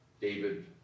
David